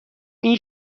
این